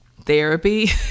therapy